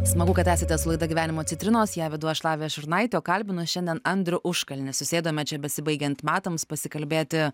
smagu kad esate su laida gyvenimo citrinos ją vedu aš lavija šurnaitė o kalbinu šiandien andrių užkalnį susėdome čia besibaigiant metams pasikalbėti